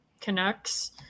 Canucks